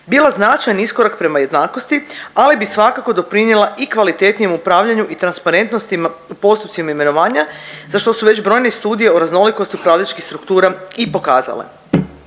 bila značajan iskorak prema jednakosti, ali bi svakako doprinjela i kvalitetnijem upravljanju i transparentnostima u postupcima imenovanja za što su već brojne Studije o raznolikosti upravljačkih struktura i pokazale.